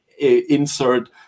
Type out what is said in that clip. insert